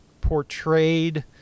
portrayed